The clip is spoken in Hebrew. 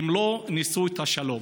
הן לא ניסו את השלום.